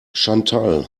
chantal